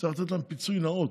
צריך לתת להם פיצוי נאות.